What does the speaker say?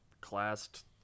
classed